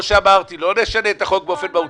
כמו שאמרתי, לא נשנה את החוק באופן מהותי.